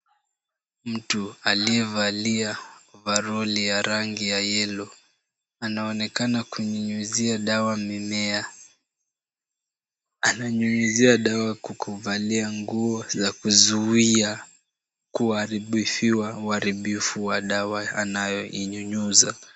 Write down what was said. Mtu aliyevalia ovaroli ya rangi ya yellow anaonekana kunyunyizia dawa mimea. Ananyunyizia dawa kwa kuvalia nguo za kuzuia kuaribikiwa uharibifu wa dawa anayoinyunyuza.